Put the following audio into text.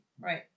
Right